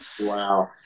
Wow